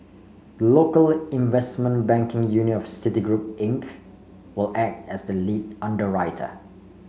the local investment banking unit of Citigroup Inc will act as the lead underwriter